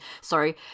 Sorry